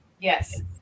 Yes